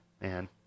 man